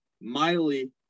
Miley